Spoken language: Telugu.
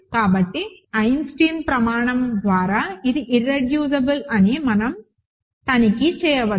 కాబట్టి ఐసెన్స్టీన్ ప్రమాణం ద్వారా ఇది ఇర్రెడ్యూసిబుల్ అని మనం తనిఖీ చేయవచ్చు